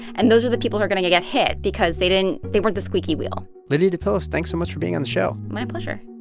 and those are the people who are going to get hit because they didn't they weren't the squeaky wheel lydia depillis, thanks so much for being on the show my pleasure